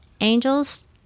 Angels